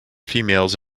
females